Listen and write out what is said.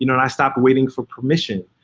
you know and i stopped waiting for permission.